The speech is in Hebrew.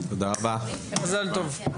מזל טוב.